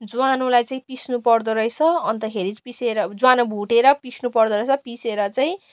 ज्वानोलाई चाहिँ पिस्नु पर्दो रहेछ अन्तखेरि चाहिँ पिसेर ज्वानो भुटेर पिस्नु पर्दो रहेछ पिसेर चाहिँ